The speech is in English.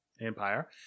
Empire